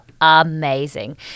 amazing